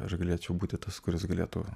aš galėčiau būti tas kuris galėtų